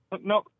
No